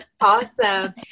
awesome